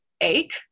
ache